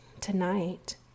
tonight